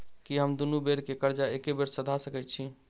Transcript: की हम दुनू बेर केँ कर्जा एके बेर सधा सकैत छी?